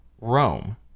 Rome